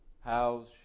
How's